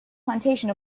plantation